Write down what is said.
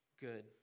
good